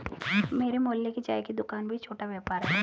मेरे मोहल्ले की चाय की दूकान भी छोटा व्यापार है